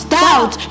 doubt